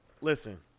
Listen